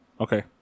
Okay